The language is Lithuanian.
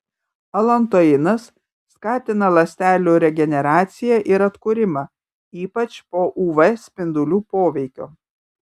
alantoinas skatina ląstelių regeneraciją ir atkūrimą ypač po uv spindulių poveikio